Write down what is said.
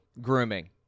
grooming